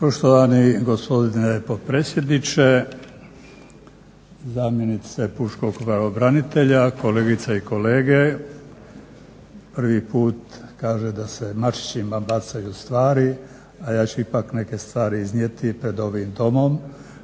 Poštovani gospodine potpredsjedniče, zamjenice pučkog pravobranitelja, kolegice i kolege. Prvi put kaže se da se mačićima bacaju stvari, a ja ću ipak neke stvari iznijeti pred ovim Domom